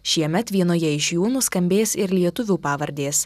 šiemet vienoje iš jų nuskambės ir lietuvių pavardės